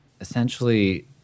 essentially